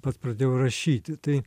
pats pradėjau rašyti tai